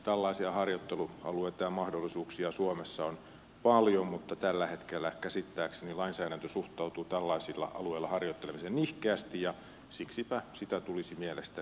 tällaisia harjoittelualueita ja mahdollisuuksia suomessa on paljon mutta tällä hetkellä käsittääkseni lainsäädäntö suhtautuu tällaisilla alueilla harjoittelemiseen nihkeästi ja siksipä sitä tulisi mielestäni vapauttaa